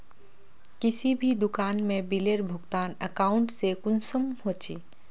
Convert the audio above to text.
किसी भी दुकान में बिलेर भुगतान अकाउंट से कुंसम होचे?